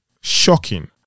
shocking